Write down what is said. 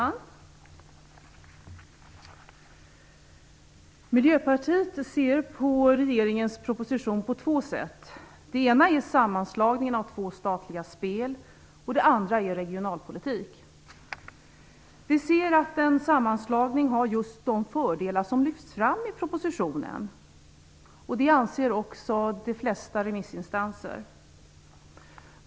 Fru talman! Miljöpartiet ser på regeringens proposition på två sätt. Det ena är sammanslagningen av två statliga spelbolag. Det andra är regionalpolitik. Vi ser att en sammanslagning har just de fördelar som lyfts fram i propositionen. Det anser också de flesta remissinstanser.